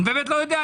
לא יודע.